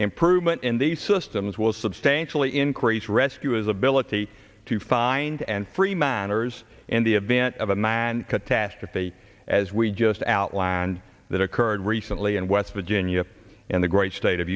improvement in the systems will substantially increase rescue his ability to find and free manners in the event of a match and catastrophe as we just out land that occurred recently in west virginia in the great state of